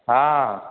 हँ